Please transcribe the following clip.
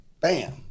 bam